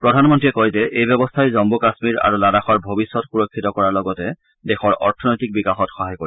প্ৰধানমন্ত্ৰীয়ে কয় যে এই ব্যৱস্থাই জম্মু কাশ্মীৰ আৰু লাডাখৰ ভৱিষ্যত সুৰক্ষিত কৰাৰ লগতে দেশৰ অৰ্থনৈতিক বিকাশত সহায় কৰিব